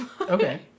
Okay